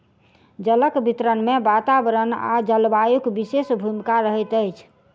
जलक वितरण मे वातावरण आ जलवायुक विशेष भूमिका रहैत अछि